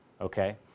Okay